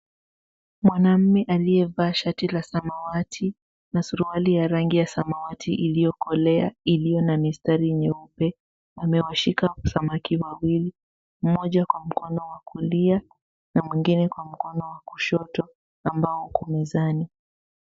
Mwanaume aliyevaa shati la samawati na suruali ya rangi ya samawati iliyokolea iliyo na mistari nyeupe amewashika samaki wawili, mmoja kwa mkono wa kulia na mwengine kwa mkono wa kushoto ambao uko mezani.